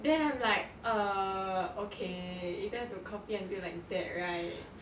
then I'm like err okay you don't have to copy until like that right !wah!